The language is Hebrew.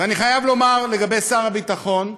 אני חייב לומר לגבי שר הביטחון,